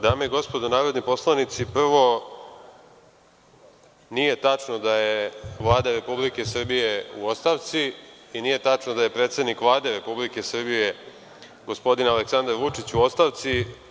Dame i gospodo narodni poslanici, prvo, nije tačno da je Vlada Republike Srbije u ostavci i nije tačno da je predsednik Vlade Republike Srbije gospodin Aleksandar Vučić u ostavci.